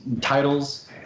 titles